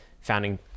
founding